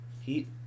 heat